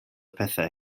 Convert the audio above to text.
pethau